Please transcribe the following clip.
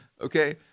Okay